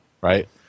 right